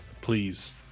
please